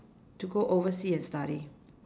to go oversea and study